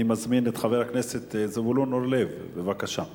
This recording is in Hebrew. אני מזמין את חבר הכנסת זבולון אורלב, בבקשה.